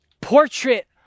portrait